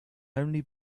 only